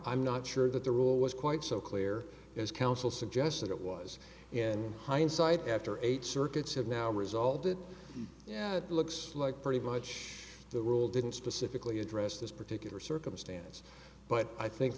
i'm not sure that the rule was quite so clear as counsel suggests that it was in hindsight after eight circuits have now resulted yeah it looks like pretty much the rule didn't specifically address this particular circumstance but i think